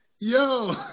Yo